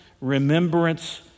remembrance